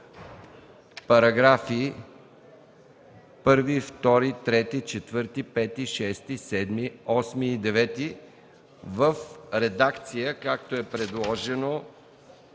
параграфи 1, 2, 3, 4, 5, 6, 7, 8 и 9 в редакцията, както ни е предложена